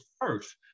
first